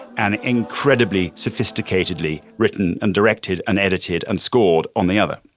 an incredibly sophisticated, oddly written and directed, an edited and scored on the other